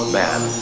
man